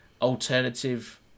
alternative